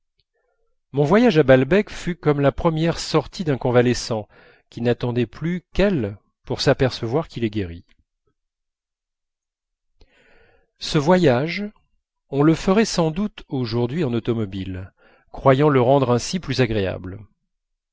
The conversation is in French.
mon voyage à balbec fut comme la première sortie d'un convalescent qui n'attendait plus qu'elle pour s'apercevoir qu'il est guéri ce voyage on le ferait sans doute aujourd'hui en automobile croyant le rendre ainsi plus agréable